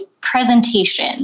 presentation